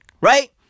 Right